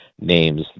names